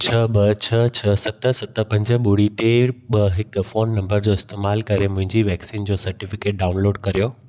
छह ॿ छह छह सत सत पंज ॿुड़ी टे ॿ हिकु फोन नंबर जो इस्तेमालु करे मुंहिंजी वैक्सीन जो सर्टिफिकेट डाउनलोड कर्यो